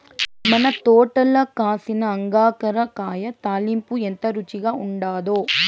మన తోటల కాసిన అంగాకర కాయ తాలింపు ఎంత రుచిగా ఉండాదో